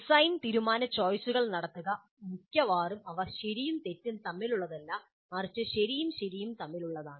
design തീരുമാന ചോയ്സുകൾ നടത്തുക മിക്കപ്പോഴും അവ ശരിയും തെറ്റും തമ്മിലുള്ളതല്ല മറിച്ച് ശരിയും ശരിയും തമ്മിലുള്ളതാണ്